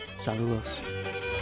Saludos